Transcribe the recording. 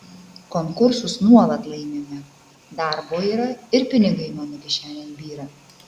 konkursus nuolat laimime darbo yra ir pinigai mano kišenėn byra